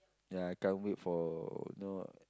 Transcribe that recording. ya I can't wait for you know